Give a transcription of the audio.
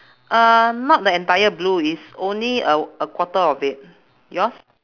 uh not the entire blue it's only a a quarter of it yours